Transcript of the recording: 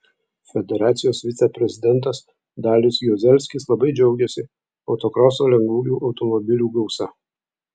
federacijos viceprezidentas dalius juozelskis labai džiaugėsi autokroso lengvųjų automobilių gausa